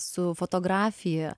su fotografija